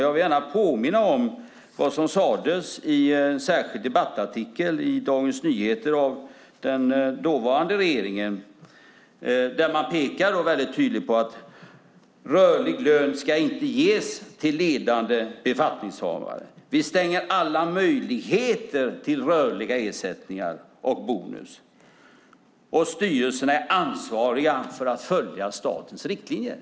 Jag vill gärna påminna om vad som sades i en särskild debattartikel i Dagens Nyheter av den dåvarande regeringen. Där pekar man tydligt på att rörlig lön inte ska ges till ledande befattningshavare. Vi stänger alla möjligheter till rörliga ersättningar och bonusar, sade man, och fortsatte: Styrelserna är ansvariga för att följa statens riktlinjer.